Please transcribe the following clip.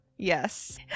Yes